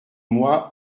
moi